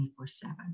24/7